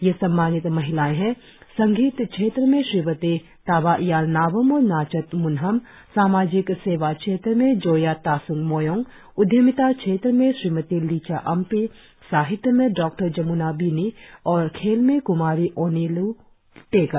ये सम्मानित महिलाए है संगीत क्षेत्र में श्रीमती ताबा याल नाबम और नाचत मुनहम सामाजिक सेवा क्षेत्र में जोया तासंग मोयोंग उदयमिता क्षेत्र में श्रीमती लीचा अम्पी साहित्य में डॉ जम्ना बिनी और खेल में कुमारी ओनिल् तेगा